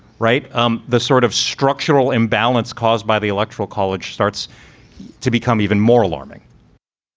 right. um the sort of structural imbalance caused by the electoral college starts to become even more alarming